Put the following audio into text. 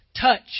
touch